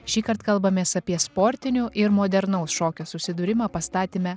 šįkart kalbamės apie sportinio ir modernaus šokio susidūrimą pastatyme